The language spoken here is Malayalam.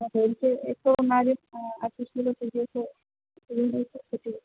അതെ എനിക്ക് എപ്പോൾ വന്നാലും അഡ്മിഷലോ സിരിയസോ ചെയ്യാനായിട്ട് പറ്റുമോ